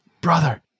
brother